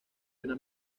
una